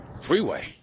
freeway